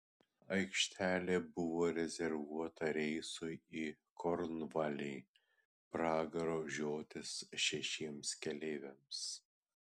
aikštelė buvo rezervuota reisui į kornvalį pragaro žiotis šešiems keleiviams